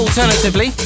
Alternatively